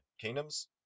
kingdoms